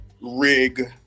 rig